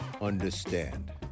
understand